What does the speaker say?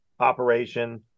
operation